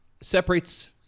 separates